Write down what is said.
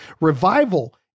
Revival